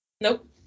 Nope